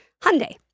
Hyundai